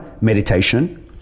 meditation